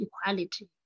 equality